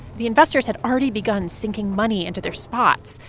the investors had already begun sinking money into their spots.